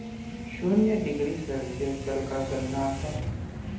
शून्य degree Celsius जल का गलनांक है